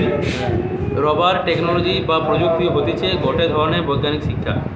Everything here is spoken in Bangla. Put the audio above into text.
রাবার টেকনোলজি বা প্রযুক্তি হতিছে গটে ধরণের বৈজ্ঞানিক শিক্ষা